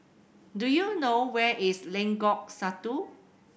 do you know where is Lengkong Satu